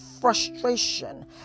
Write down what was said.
frustration